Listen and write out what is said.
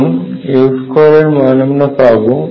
এখন L2 এর মান আমরা 0 পাব